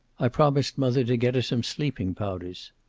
i promised mother to get her some sleeping-powders.